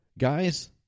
Guys